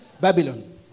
Babylon